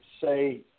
say